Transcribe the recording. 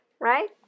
right